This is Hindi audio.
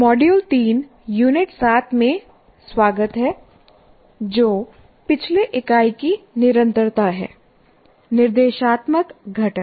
मॉड्यूल 3 यूनिट 7 में स्वागत है जो पिछले इकाई की निरंतरता है निर्देशात्मक घटक